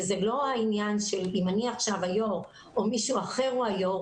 זה לא העניין שאם אני עכשיו היושב ראש או מישהו אחר הוא היושב ראש,